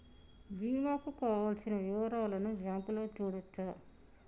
బీమా కు కావలసిన వివరాలను బ్యాంకులో చూడొచ్చా?